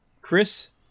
chris